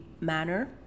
manner